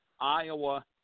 Iowa